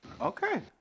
Okay